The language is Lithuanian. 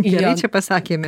gerai čia pasakėme